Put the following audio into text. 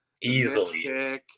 Easily